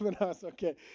Okay